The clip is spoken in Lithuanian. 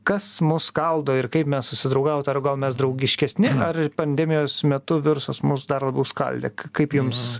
kas mus skaldo ir kaip mes susidraugaut ar gal mes draugiškesni ar ir pandemijos metu virusas mus dar labiau skaldė kaip jums